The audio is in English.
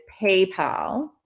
PayPal